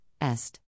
Est